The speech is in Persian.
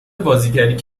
بازیگریت